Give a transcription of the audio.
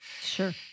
Sure